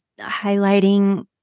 highlighting